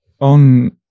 on